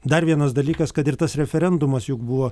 dar vienas dalykas kad ir tas referendumas juk buvo